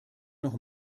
noch